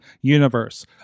universe